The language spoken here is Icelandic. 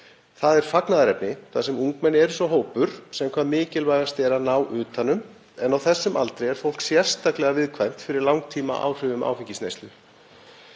Það er fagnaðarefni þar sem ungmenni eru sá hópur sem hvað mikilvægast er að ná utan um, en á þessum aldri er fólk sérstaklega viðkvæmt fyrir langtímaáhrifum áfengisneyslu.